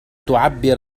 تعبر